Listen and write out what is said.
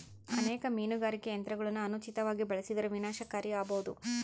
ಅನೇಕ ಮೀನುಗಾರಿಕೆ ತಂತ್ರಗುಳನ ಅನುಚಿತವಾಗಿ ಬಳಸಿದರ ವಿನಾಶಕಾರಿ ಆಬೋದು